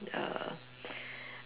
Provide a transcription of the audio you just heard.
err